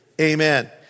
amen